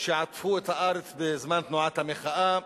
שעטפו את הארץ בזמן תנועת המחאה.